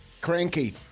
Cranky